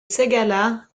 ségala